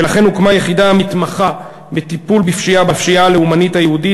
ולכן הוקמה יחידה המתמחה בטיפול בפשיעה הלאומנית היהודית,